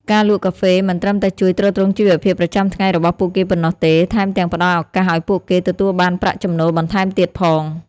ការលក់កាហ្វេមិនត្រឹមតែជួយទ្រទ្រង់ជីវភាពប្រចាំថ្ងៃរបស់ពួកគេប៉ុណ្ណោះទេ ថែមទាំងផ្តល់ឱកាសឱ្យពួកគេទទួលបានប្រាក់ចំណូលបន្ថែមទៀតផង។